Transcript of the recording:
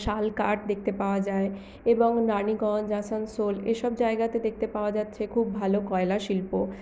শালকাঠ দেখতে পাওয়া যায় এবং রাণীগঞ্জ আসানসোল এসব জায়গাতে দেখতে পাওয়া যাচ্ছে খুব ভালো কয়লাশিল্প